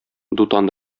дутан